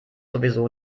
sowieso